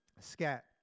Scat